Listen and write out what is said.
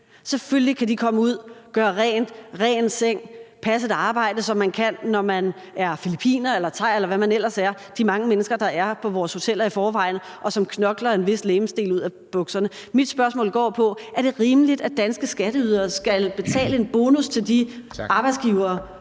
Selvfølgelig kan de komme ud og gøre rent, rede en seng, passe et arbejde, som man kan, når man er filippiner eller thai, eller hvad man ellers er – de mange mennesker, der er på vores hoteller i forvejen, og som knokler en vis legemsdel ud af bukserne. Mit spørgsmål går på: Er det rimeligt, at danske skatteydere skal betale en bonus til de arbejdsgivere